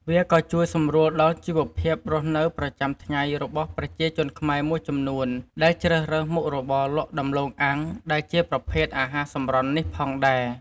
វាក៏ជួយសម្រួលដល់ជីវភាពរស់នៅប្រចាំថ្ងៃរបស់ប្រជាជនខ្មែរមួយចំនួនដែលជ្រើសរើសមុខរបរលក់ដំឡូងអាំងដែលជាប្រភេទអាហារសម្រន់នេះផងដែរ។